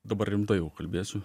dabar rimtai jau kalbėsiu